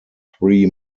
three